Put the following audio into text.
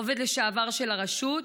עובד לשעבר של הרשות.